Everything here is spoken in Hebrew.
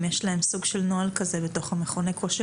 אם יש להם סוג של נוהל כזה בתוך מכוני הכושר.